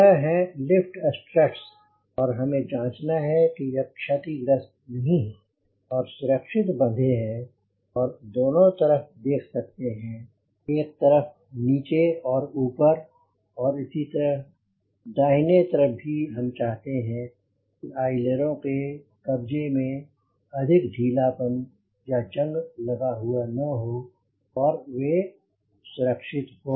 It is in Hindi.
यह हैं लिफ्ट स्ट्रटस और हमें जांचना है कि यह क्षतिग्रस्त नहीं हैं और सुरक्षित बंधे हैं दोनों तरफ देख सकते हैं एक तरफ नीचे और ऊपर और इसी तरह दाहिने तरफ भी हम चाहते हैं कि अइलेरों के कब्जे में अधिक ढीलापन या जंग लगा हुआ न हो और वे सुरक्षित हो